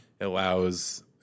allows